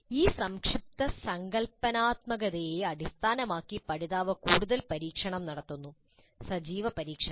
ഈ സംക്ഷിപ്ത സങ്കല്പനാത്മകതയെ അടിസ്ഥാനമാക്കി പഠിതാവ് കൂടുതൽ പരീക്ഷണം നടത്തുന്നു സജീവ പരീക്ഷണം